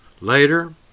Later